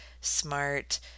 smart